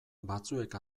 batzuek